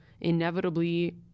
inevitably